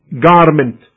garment